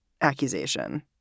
accusation